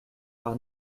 par